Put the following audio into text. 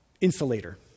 insulator